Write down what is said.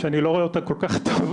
שאני לא רואה אותה כל כך טוב,